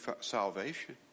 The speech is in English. salvation